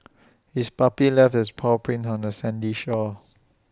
the puppy left its paw prints on the sandy shore